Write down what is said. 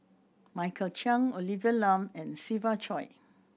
Michael Chiang Olivia Lum and Siva Choy